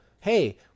hey